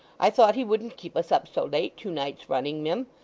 i thought he wouldn't keep us up so late, two nights running, mim.